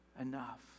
enough